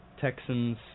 Texans